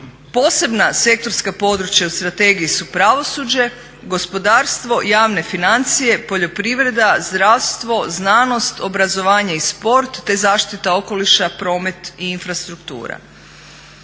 Posebna sektorska područja u strategiji su pravosuđe, gospodarstvo, javne financije, poljoprivreda, zdravstvo, znanost, obrazovanje i sport, te zaštita okoliša, promet i infrastruktura.